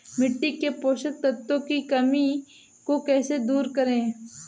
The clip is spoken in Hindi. मिट्टी के पोषक तत्वों की कमी को कैसे दूर करें?